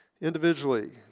individually